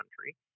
country